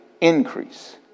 increase